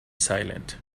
silent